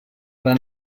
van